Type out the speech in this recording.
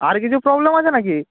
আর কিছু প্রবলেম আছে নাকি